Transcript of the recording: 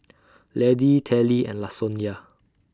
Laddie Telly and Lasonya